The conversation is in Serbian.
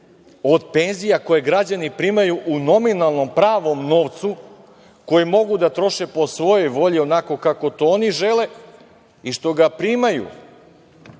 od penzija koje građani primaju u nominalnom pravom novcu koji mogu da troše po svojoj volji, onako kako to oni žele i što ga primaju